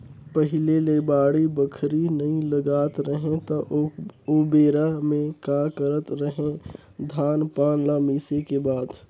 पहिले ले बाड़ी बखरी नइ लगात रहें त ओबेरा में का करत रहें, धान पान ल मिसे के बाद